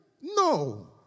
No